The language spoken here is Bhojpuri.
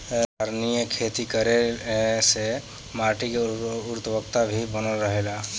संधारनीय खेती करे से माटी के उर्वरकता भी बनल रहेला